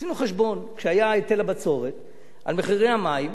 עשינו חשבון כשהיה היטל הבצורת על מחירי המים,